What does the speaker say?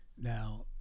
now